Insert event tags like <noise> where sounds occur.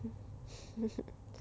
<laughs>